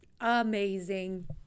amazing